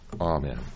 Amen